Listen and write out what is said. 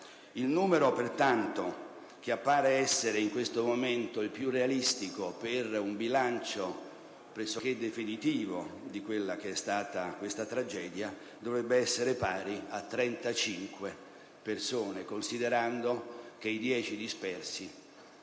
il numero che appare essere in questo momento il più realistico per un bilancio pressoché definitivo di questa tragedia dovrebbe essere pari a 35 persone, considerando che ho ragione di